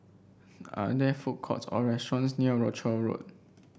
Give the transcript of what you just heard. are there food courts or restaurants near Rochor Road